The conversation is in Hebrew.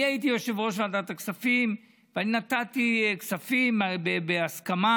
אני הייתי יושב-ראש ועדת הכספים ואני נתתי כספים בהסכמה,